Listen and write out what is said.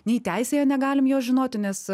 nei teisėje negalim jos žinoti nes